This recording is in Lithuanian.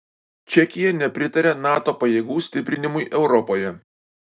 čekija nepritaria nato pajėgų stiprinimui europoje